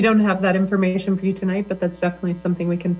we don't have that information for you tonight but that's definitely something we can